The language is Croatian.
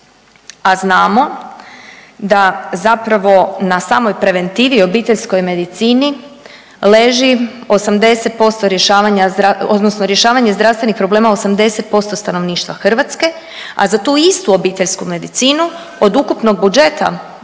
a znamo da zapravo na samoj preventivi i obiteljskoj medicini leži 80% rješavanja zrav… odnosno rješavanje zdravstvenih problema 80% stanovništva Hrvatske, a za tu istu obiteljsku medicinu od ukupnog budžeta